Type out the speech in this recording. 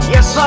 Yes